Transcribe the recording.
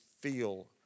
feel